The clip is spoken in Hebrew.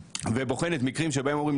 ובוחנת מקרים שבהם אומרים,